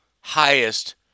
highest